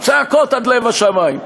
צעקות עד לב השמים.